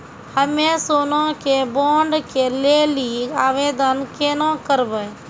हम्मे सोना के बॉन्ड के लेली आवेदन केना करबै?